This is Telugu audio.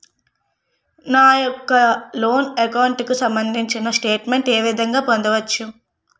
నా యెక్క లోన్ అకౌంట్ కు సంబందించిన స్టేట్ మెంట్ ఏ విధంగా పొందవచ్చు?